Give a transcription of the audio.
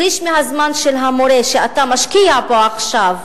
שליש מהזמן של המורה, שאתה משקיע בו עכשיו,